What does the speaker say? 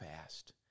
fast